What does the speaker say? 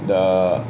the